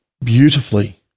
beautifully